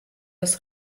das